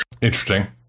Interesting